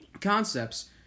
concepts